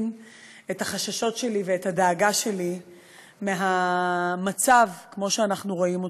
את החששות שלי ואת הדאגה שלי מהמצב כמו שאנחנו רואים אותו,